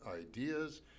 ideas